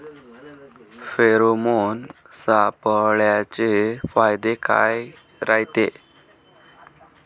Pheromone सापळ्याचे फायदे काय रायते?